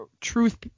truth